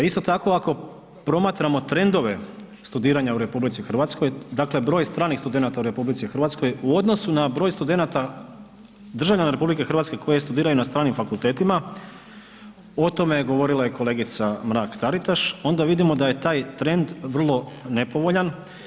Isto tako ako promatramo trendove studiranja u RH, dakle broj stranih studenata u RH u odnosu na broj studenata državljana RH koji studiraju na stranim fakultetima, o tome je govorila i kolegica Mrak Taritaš onda vidimo da je taj trend vrlo nepovoljan.